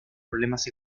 problemas